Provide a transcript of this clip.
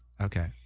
Okay